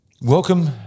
Welcome